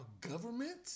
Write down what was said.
government